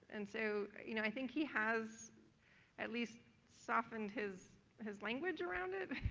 and so you know i think he has at least softened his his language around it.